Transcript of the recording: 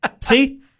See